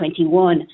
2021